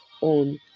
on